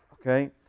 okay